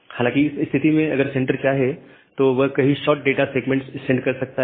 हालांकि इस स्थिति में अगर सेंडर चाहे तो वह कई शॉर्ट डाटा सेगमेंट्स सेंड कर सकता है